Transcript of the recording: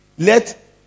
Let